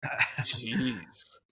Jeez